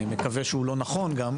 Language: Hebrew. אני מקווה שהוא לא נכון גם.